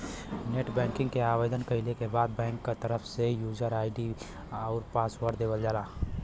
net banking क आवेदन कइले के बाद बैंक क तरफ से यूजर आई.डी आउर पासवर्ड देवल जाला